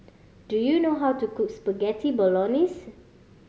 do you know how to cook Spaghetti Bolognese